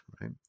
right